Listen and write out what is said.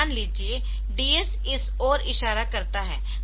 मान ले DS इस ओर इशारा करता है